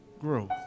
growth